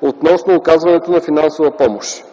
относно оказването на финансова помощ.